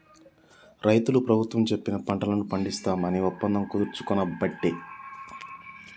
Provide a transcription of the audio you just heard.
రైతులు ప్రభుత్వం చెప్పిన పంటలను పండిస్తాం అని ఒప్పందం కుదుర్చుకునబట్టే